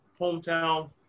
hometown